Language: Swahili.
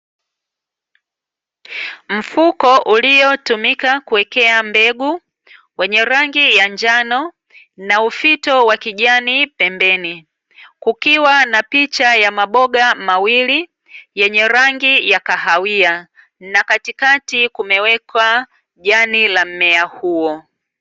Mfuko uliotumika kuwekea mbegu, wenye rangi ya njano na ufito wa kijani pembeni. Kukiwa na picha ya maboga mawili, yenye rangi ya kahawia, na katikati kumewekwa jani la mmea huo.